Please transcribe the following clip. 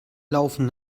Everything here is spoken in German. laufen